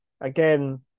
again